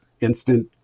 instant